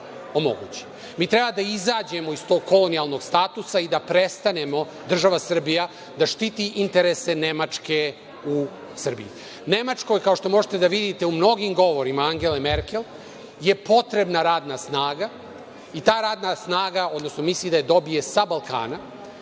treba da izađemo iz tog kolonijalnog statusa i da prestanemo, država Srbija, da štiti interese Nemačke u Srbiji. Nemačkoj je, kao što možete da vidite u mnogim govorima Angele Merkel, potrebna radna snaga i ta radna snaga, odnosno misli da je dobije sa Balkana,